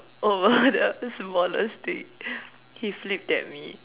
over the smallest thing he flipped at me